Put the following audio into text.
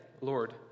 Lord